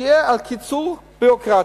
יהיה על קיצור ביורוקרטיה.